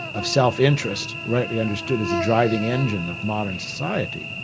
of self-interest, rightly understood as the driving engine of modern society,